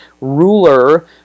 ruler